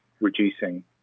reducing